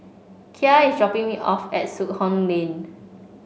Kya is dropping me off at Soon Hock Lane